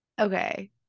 okay